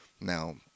Now